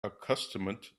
accustomed